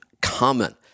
common